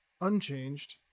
unchanged